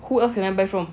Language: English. who else can I buy from